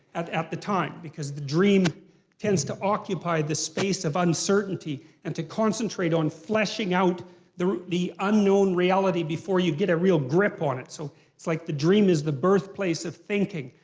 at at the time. because the dream tends to occupy the space of uncertainty and to concentrate on fleshing out the the unknown reality before you get a real grip on it. so it's like the dream is the birthplace of thinking,